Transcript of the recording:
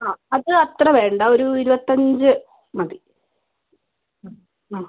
അ അത് അത്ര വേണ്ട ഒരു ഇരുപത്തി അഞ്ച് മതി അ